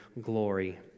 glory